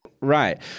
Right